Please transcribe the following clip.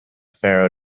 pharaoh